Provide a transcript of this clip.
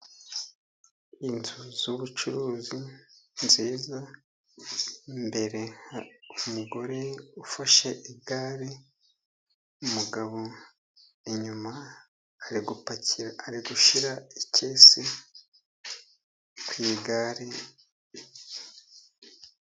Inzu z'ubucuruzi nziza. Imbere hari umugore ufashe igare, umugabo inyuma ari gupakira, ari gushyira ikesi ku igare.